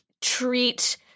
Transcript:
treat